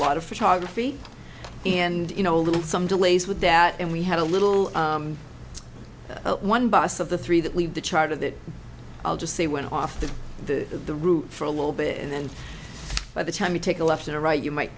lot of photography and you know a little some delays with that and we had a little one bus of the three that leave the charter that i'll just say went off the the the route for a little bit and then by the time you take a left and right you might